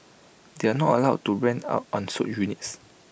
they are not allowed to rent out unsold units